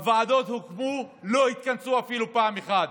הוועדות הוקמו אבל לא התכנסו אפילו פעם אחת.